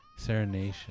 serenation